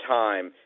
time